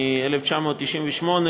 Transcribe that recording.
מ-1998,